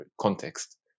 context